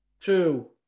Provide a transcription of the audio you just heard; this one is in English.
two